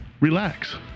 relax